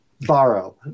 Borrow